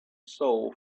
soul